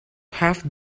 have